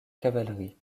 cavalerie